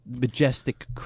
majestic